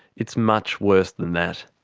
it's much worse than that.